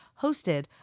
hosted